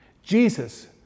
Jesus